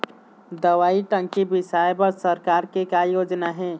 दवई टंकी बिसाए बर सरकार के का योजना हे?